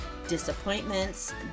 disappointments